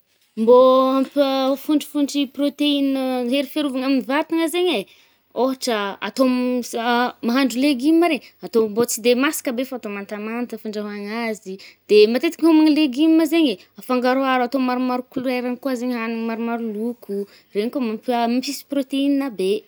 Mbô hampa- fôntrifôntry i protéine hery fiarovagna amy vatagna zaigny e, ôhatra atô mahandro légume regny atô mbô tsy de masaka be fô atô mantamanta fandraôgna azy i, de matetiky hômagna légume zaigny e, afangaroharo atô maromaro couleur-any koà zaigny hanigny maromaro loko. Regny koà mampa-mampisy protéine be.